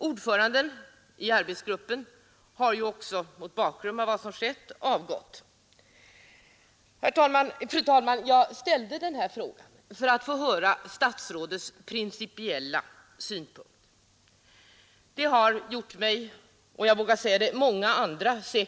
Ordförande i arbetsgruppen har mot bakgrund av vad som skett avgått. Fru talman! Jag ställde min fråga för att få höra statsrådets principiella ställningstagande. Det blev en besvikelse för mig och jag vågar säga för många andra.